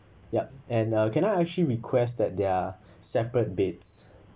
yup and uh can I actually request that there are separate beds